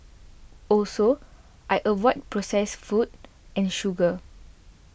also I avoid processed food and sugar